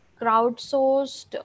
crowdsourced